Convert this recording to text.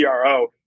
CRO